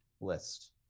list